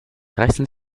reißen